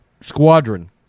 Squadron